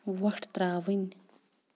وۄٹھ ترٛاوٕنۍ